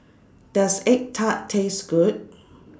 Does Egg Tart Taste Good